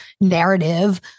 narrative